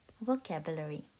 Vocabulary